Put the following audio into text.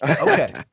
Okay